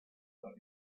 zodiac